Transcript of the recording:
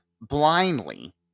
blindly